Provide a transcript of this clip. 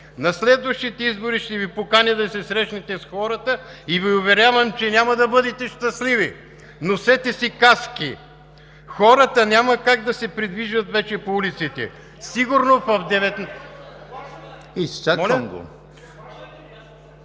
На следващите избори ще Ви поканя да се срещнете с хората. Уверявам Ви, че няма да бъдете щастливи. Носете си каски. Хората няма как да се придвижват вече по улиците.“ (Шум и реплики